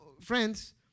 friends